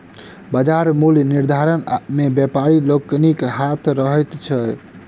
बाजार मूल्य निर्धारण मे व्यापारी लोकनिक हाथ रहैत छै